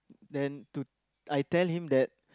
then to I tell him that